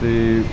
ਅਤੇ